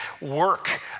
work